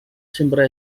sembra